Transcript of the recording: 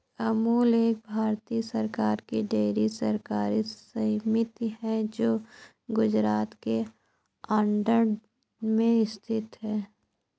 अमूल एक भारतीय सरकार की डेयरी सहकारी समिति है जो गुजरात के आणंद में स्थित है